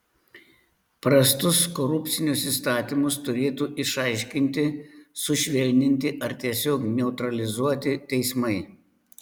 prastus korupcinius įstatymus turėtų išaiškinti sušvelninti ar tiesiog neutralizuoti teismai